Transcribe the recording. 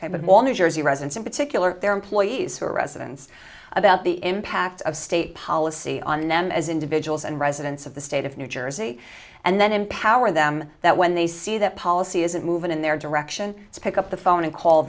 all new jersey residents in particular their employees who are residents about the impact of state policy on them as individuals and residents of the state of new jersey and then empower them that when they see that policy isn't moving in their direction to pick up the phone and call